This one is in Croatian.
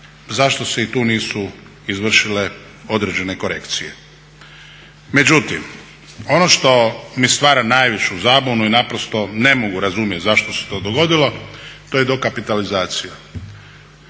zašto se i tu nisu izvršile određene korekcije? Međutim, ono što mi stvara najveću zabunu i naprosto ne mogu razumjeti zašto se to dogodilo to je dokapitalizacija.